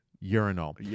urinal